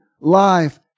life